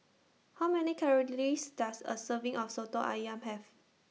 How Many Calories Does A Serving of Soto Ayam Have